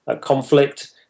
conflict